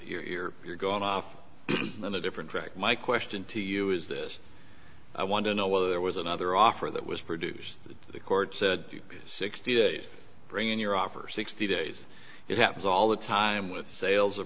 counsel you're you're going off on a different track my question to you is this i want to know whether there was another offer that was produced the court said sixty days bring in your offers sixty days it happens all the time with sales o